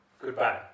Goodbye